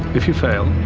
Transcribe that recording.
if you fail,